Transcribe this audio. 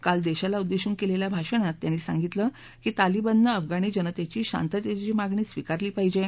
काल देशाला उद्देशून केलेल्या भाषणात त्यांनी सांगितलं की तालिबाननं अफगाणी जनतेची शांततेची मागणी स्विकारली पाहिजे